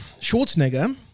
Schwarzenegger